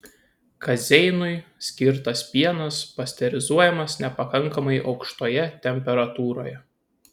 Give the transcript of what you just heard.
kazeinui skirtas pienas pasterizuojamas nepakankamai aukštoje temperatūroje